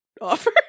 offer